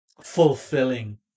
fulfilling